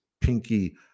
pinky